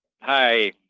Hi